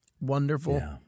Wonderful